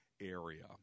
area